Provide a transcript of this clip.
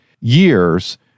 years